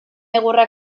egurra